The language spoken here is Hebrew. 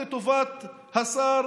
לטובת השר,